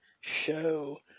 show